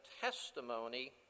testimony